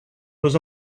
was